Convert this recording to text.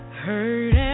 hurt